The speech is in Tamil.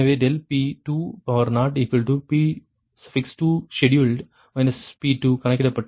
∆P2P2sheduled P2 calculated ∆P3P3sheduled P3 calculated ∆Q2Q2sheduled Q2 calculated எனவே ∆p2P2sheduled P2 கணக்கிடப்பட்டது